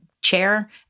chair